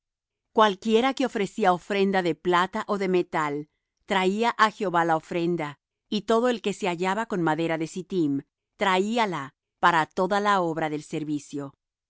cualquiera que ofrecía ofrenda de plata ó de metal traía á jehová la ofrenda y todo el que se hallaba con madera de sittim traíala para toda la obra del servicio